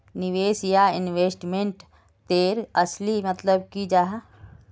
निवेश या इन्वेस्टमेंट तेर असली मतलब की जाहा?